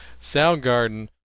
Soundgarden